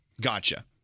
gotcha